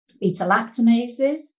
beta-lactamases